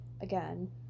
again